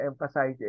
emphasize